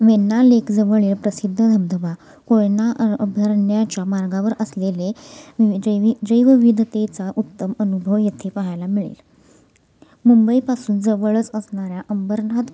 वेण्णा लेकजवळील प्रसिद्ध धबधबा कोयना अ अभयारण्याच्या मार्गावर असलेले जैवी जैवविधतेचा उत्तम अनुभव येथे पाहायला मिळेल मुंबईपासून जवळच असणाऱ्या अंबरनाथ